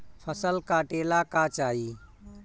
फसल काटेला का चाही?